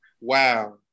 Wow